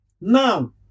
Now